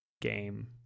game